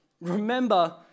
Remember